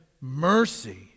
mercy